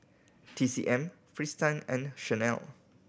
T C M Fristine and Chanel